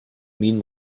mean